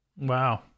Wow